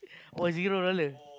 or zero dollar